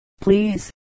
please